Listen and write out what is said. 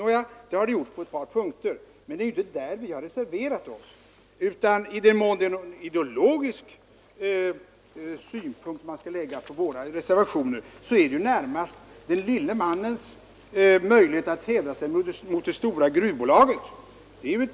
Nåja, det har det visserligen gjort på ett par punkter, men det är inte där vi har reserverat oss, utan i den mån man skall anlägga någon ideologisk synpunkt på våra reservationer gäller det närmast den lille mannens möjlighet att hävda sig mot det stora gruvbolaget.